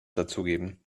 dazugeben